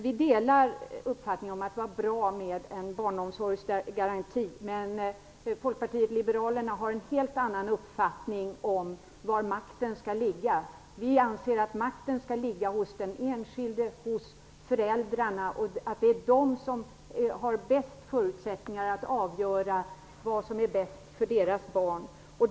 Vi delar uppfattningen att det var bra med en barnomsorgsgaranti, men Folkpartiet liberalerna har en helt annan uppfattning om var makten skall ligga. Vi anser att makten skall ligga hos den enskilde, hos föräldrarna. Det är de som har bäst förutsättningar att avgöra vad som är bäst för deras barn.